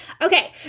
Okay